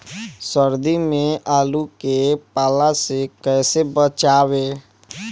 सर्दी में आलू के पाला से कैसे बचावें?